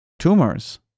tumors